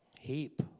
heap